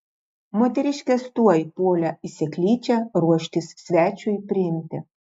moteriškės tuoj puolė į seklyčią ruoštis svečiui priimti